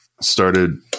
started